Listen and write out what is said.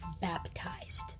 baptized